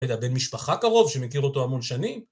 אתה יודע, בן משפחה קרוב שמכיר אותו המון שנים.